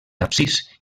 absis